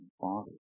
Father